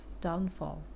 downfall